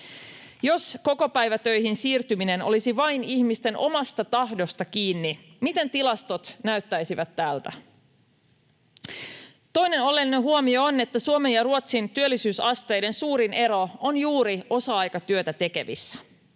Jos kokopäivätöihin siirtyminen olisi vain ihmisten omasta tahdosta kiinni, miten tilastot näyttäisivät tältä? Toinen oleellinen huomio on, että Suomen ja Ruotsin työllisyysasteiden suurin ero on juuri osa-aikatyötä tekevissä.